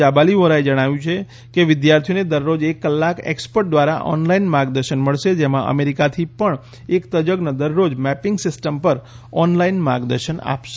જાબાલી વોરાએ જણાવ્યું કે વિદ્યાર્થીઓને દરરોજ એક કલાક એક્સપર્ટ દ્વારા ઓનલાઇન માર્ગદર્શન મળશે જેમાં અમેરિકાથી પણ એક તજજ્ઞ દરરોજ મેપિંગ સિસ્ટમ પર ઓનલાઈન માર્ગદર્શન આપશે